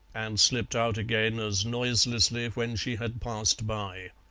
and slipped out again as noiselessly when she had passed by.